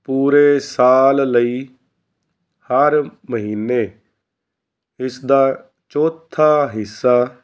ਪੂਰੇ ਸਾਲ ਲਈ ਹਰ ਮਹੀਨੇ ਇਸਦਾ ਚੌਥਾ ਹਿੱਸਾ